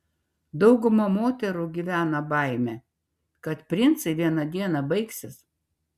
dauguma moterų gyvena baime kad princai vieną dieną baigsis